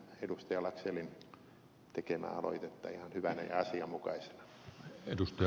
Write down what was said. laxellin tekemää aloitetta ihan hyvänä ja asianmukaisena